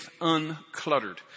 uncluttered